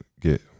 get